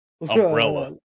Umbrella